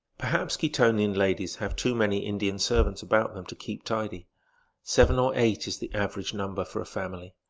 perhaps quitonian ladies have too many indian servants about them to keep tidy seven or eight is the average number for a family.